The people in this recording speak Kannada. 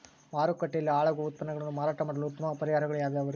ಮಾರುಕಟ್ಟೆಯಲ್ಲಿ ಹಾಳಾಗುವ ಉತ್ಪನ್ನಗಳನ್ನ ಮಾರಾಟ ಮಾಡಲು ಉತ್ತಮ ಪರಿಹಾರಗಳು ಯಾವ್ಯಾವುರಿ?